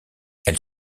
elle